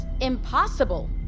impossible